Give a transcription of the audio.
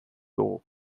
dugu